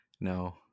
No